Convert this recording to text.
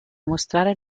mostrare